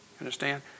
Understand